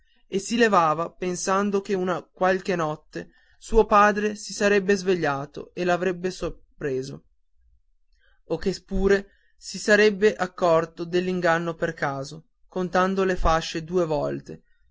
famiglia e si levava pensando che una qualche notte suo padre si sarebbe svegliato e l'avrebbe sorpreso o che pure si sarebbe accorto dell'inganno per caso contando le fasce due volte